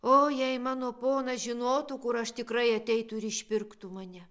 o jei mano ponas žinotų kur aš tikrai ateitų ir išpirktų mane